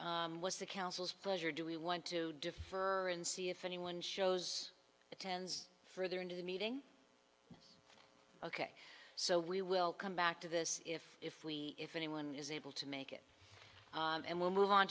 was the council's pleasure do we want to defer and see if anyone shows the tens further into the meeting ok so we will come back to this if if we if anyone is able to make it and we'll move on